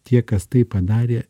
tie kas tai padarė